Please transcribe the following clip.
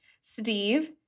Steve